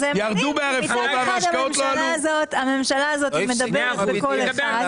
הממשלה הזאת מדברת בקול אחד.